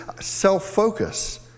self-focus